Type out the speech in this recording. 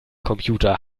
computer